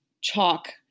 chalk